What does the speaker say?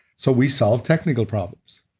so we solve technical problems.